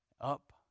Up